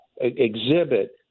exhibit